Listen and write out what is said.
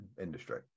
industry